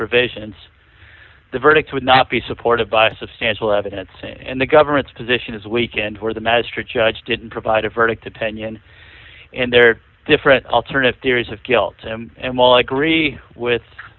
provisions the verdict would not be supported by a substantial evidence and the government's position is weakened where the magistrate judge didn't provide a verdict opinion and there are different alternate theories of guilt and we all agree with